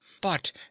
But